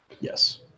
Yes